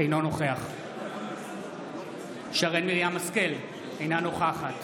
אינו נוכח שרן מרים השכל, אינה נוכחת